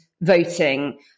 voting